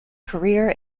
career